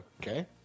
Okay